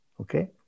Okay